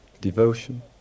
devotion